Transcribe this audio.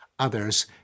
others